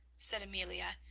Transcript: said amelia.